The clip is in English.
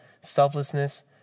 selflessness